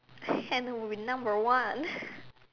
and we win number one